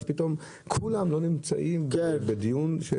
ופתאום כולם לא נמצאים בדיון.